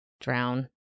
drown